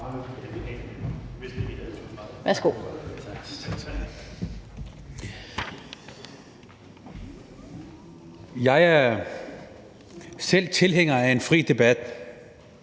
Jeg er selv tilhænger af en fri debat